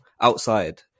outside